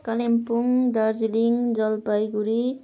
Kalimpong Darjeeling Jalpaiguri